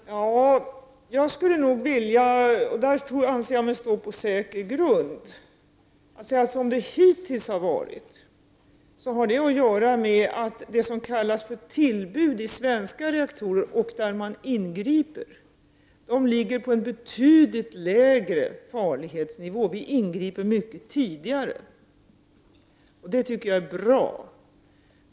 Herr talman! Jag skulle vilja säga — och där anser jag mig stå på säker grund — att det som kallas för tillbud i svenska reaktorer hittills och där man ingriper ligger på en betydligt lägre farlighetsnivå. Vi ingriper mycket tidigare. Det tycker jag är bra.